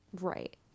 Right